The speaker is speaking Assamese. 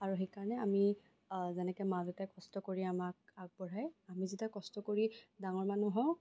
আৰু সেইকাৰণে আমি যেনেকে মা দেউতাই কষ্ট কৰি আমাক আগবঢ়ায় আমি যেতিয়া কষ্ট কৰি ডাঙৰ মানুহ হওঁ